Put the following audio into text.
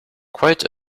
quite